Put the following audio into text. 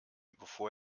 bevor